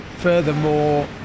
furthermore